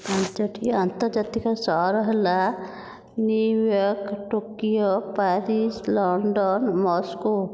ପାଞ୍ଚୋଟି ଆନ୍ତର୍ଜାତିକ ସହର ହେଲା New York Tokyo Paris London Moscow